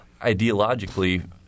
ideologically